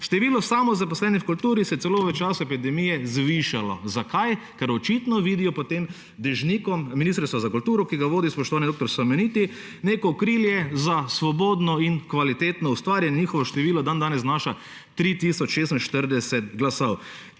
Število samozaposlenih v kulturi se je v času epidemije celo zvišalo. Zakaj? Ker očitno vidijo pod tem dežnikom Ministrstva za kulturo, ki ga vodi spoštovani dr. Simoniti, neko okrilje za svobodno in kvalitetno ustvarjanje. Njihovo število dandanes šteje 3 tisoč